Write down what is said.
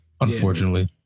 Unfortunately